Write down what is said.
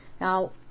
now